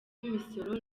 imisoro